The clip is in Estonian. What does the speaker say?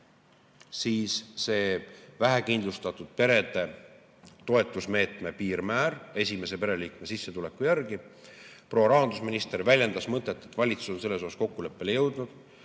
on tõsta vähekindlustatud perede toetusmeetme piirmäär esimese pereliikme sissetuleku järgi 1050 euroni. Proua rahandusminister väljendas mõtet, et valitsus on selles kokkuleppele jõudnud.